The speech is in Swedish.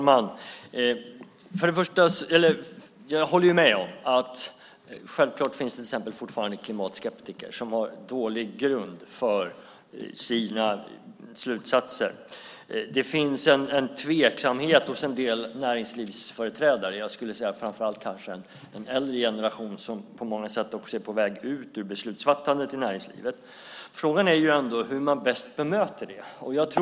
Herr talman! Jag håller med om att det fortfarande finns klimatskeptiker som har dålig grund för sina slutsatser. Det finns en tveksamhet hos en del näringslivsföreträdare, framför allt kanske den äldre generationen som på många sätt är på väg ut ur beslutsfattandet i näringslivet. Frågan är hur man bäst bemöter det.